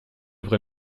vrai